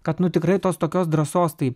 kad nu tikrai tos tokios drąsos tai